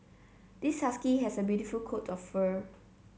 this husky has a beautiful coat of fur